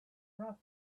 rough